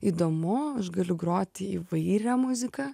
įdomu aš galiu groti įvairią muziką